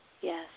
yes